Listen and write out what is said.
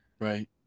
Right